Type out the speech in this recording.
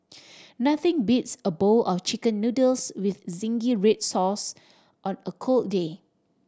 nothing beats a bowl of Chicken Noodles with zingy red sauce on a cold day